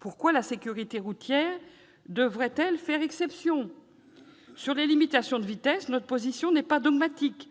Pourquoi la sécurité routière devrait-elle faire exception ? Sur les limitations de vitesse, notre position n'est pas dogmatique.